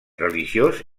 religiós